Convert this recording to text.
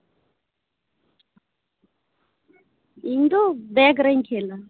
ᱤᱧ ᱫᱚ ᱵᱮᱜᱽᱨᱤᱧ ᱠᱷᱮᱞᱟ